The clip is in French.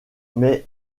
mais